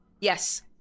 Yes